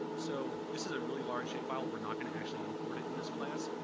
so this is a really large shapefile. we're not going to actually import it in this class.